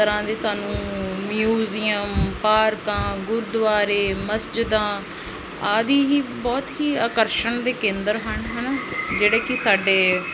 ਤਰ੍ਹਾਂ ਦੇ ਸਾਨੂੰ ਮਿਊਜਿਅਮ ਪਾਰਕਾਂ ਗੁਰਦੁਆਰੇ ਮਸਜਿਦਾਂ ਆਦਿ ਹੀ ਬਹੁਤ ਹੀ ਆਕਰਸ਼ਣ ਦੇ ਕੇਂਦਰ ਹਨ ਹੈ ਨਾ ਜਿਹੜੇ ਕਿ ਸਾਡੇ